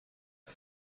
and